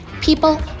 people